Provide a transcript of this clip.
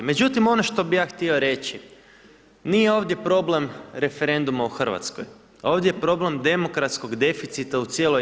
Međutim, ono što bi ja htio reći, nije ovdje problem referenduma u RH, ovdje je problem demokratskog deficita u cijeloj EU.